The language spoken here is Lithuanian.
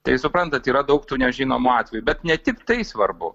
tai suprantat yra daug tų nežinomų atvejų bet ne tik tai svarbu